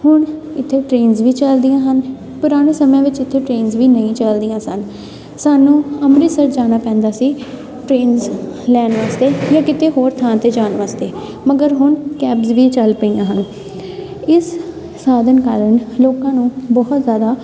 ਹੁਣ ਇੱਥੇ ਟਰੇਨਸ ਵੀ ਚਲਦੀਆਂ ਹਨ ਪੁਰਾਣੇ ਸਮਿਆਂ ਵਿੱਚ ਇੱਥੇ ਟ੍ਰੇਨਸ ਵੀ ਨਹੀਂ ਚਲਦੀਆਂ ਸਨ ਸਾਨੂੰ ਅੰਮ੍ਰਿਤਸਰ ਜਾਣਾ ਪੈਂਦਾ ਸੀ ਟ੍ਰੇਨਸ ਲੈਣ ਵਾਸਤੇ ਜਾਂ ਕਿਤੇ ਹੋਰ ਥਾਂ 'ਤੇ ਜਾਣ ਵਾਸਤੇ ਮਗਰ ਹੁਣ ਕੈਬਸ ਵੀ ਚੱਲ ਪਈਆਂ ਹਨ ਇਸ ਸਾਧਨ ਕਾਰਨ ਲੋਕਾਂ ਨੂੰ ਬਹੁਤ ਜ਼ਿਆਦਾ